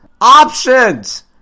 Options